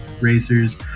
racers